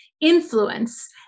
influence